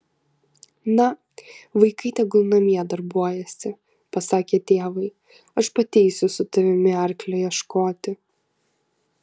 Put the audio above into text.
na vaikai tegul namie darbuojasi pasakė tėvui aš pati eisiu su tavimi arklio ieškoti